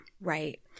Right